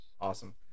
Awesome